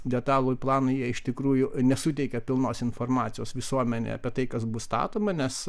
detalųjį planą jie iš tikrųjų nesuteikia pilnos informacijos visuomenei apie tai kas bus statoma nes